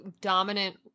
Dominant